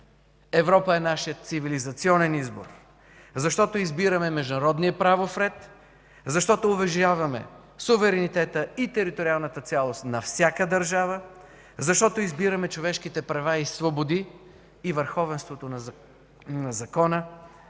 Европа е нашият цивилизационен избор, защото избираме международния правов ред, защото уважаваме суверенитета и териториалната цялост на всяка държава, защото избираме човешките права и свободи и върховенството на закона,